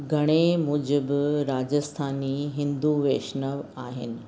घणे मुजिबि राजस्थानी हिंदू वैष्णव आहिनि